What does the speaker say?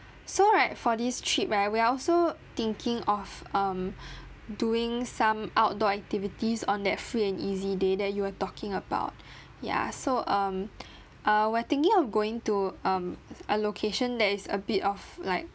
so right for this trip right we are also thinking of um doing some outdoor activities on that free and easy day that you were talking about ya so um uh we're thinking of going to um a location that is a bit of like